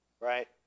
right